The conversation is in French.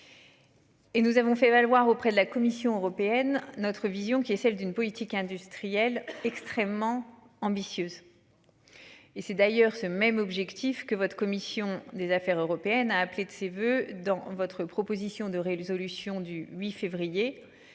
Et nous avons fait valoir auprès de la Commission européenne. Notre vision qui est celle d'une politique industrielle extrêmement ambitieuse. Et c'est d'ailleurs ce même objectif que votre commission des Affaires européennes a appelé de ses voeux dans votre proposition de réélu solution du 8 février.